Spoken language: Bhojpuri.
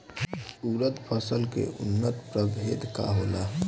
उरद फसल के उन्नत प्रभेद का होला?